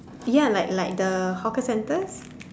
ya like like the hawker center